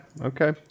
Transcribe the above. okay